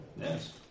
Yes